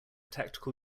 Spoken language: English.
tactical